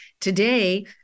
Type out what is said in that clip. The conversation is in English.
Today